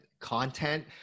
content